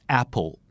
apple